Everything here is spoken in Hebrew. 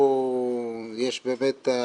יש באמת את ה-